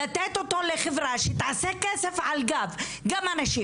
לתת אותו לחברה שתעשה כסף על גב גם הנשים